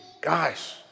guys